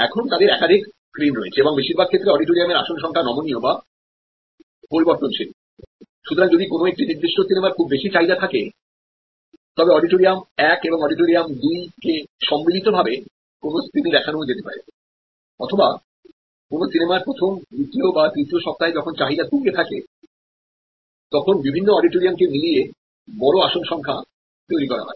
এখন তাদের একাধিক স্ক্রিন রয়েছে এবং বেশিরভাগ ক্ষেত্রে অডিটোরিয়ামের আসন সংখ্যা নমনীয় বা পরিবর্তনশীল সুতরাং যদি কোন একটি নির্দিষ্ট সিনেমার খুব বেশি চাহিদা থাকে তবে অডিটোরিয়াম এক এবং অডিটোরিয়াম দুইকেসম্মিলিতভাবে কোনস্ক্রিনে দেখানো যেতে পারে অথবা কোন সিনেমার প্রথম দ্বিতীয় বা তৃতীয় সপ্তাহে যখন চাহিদা তুঙ্গে থাকে তখন বিভিন্ন অডিটোরিয়াম কে মিলিয়ে বড় আসন সংখ্যা তৈরি করা হয়